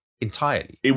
entirely